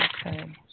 Okay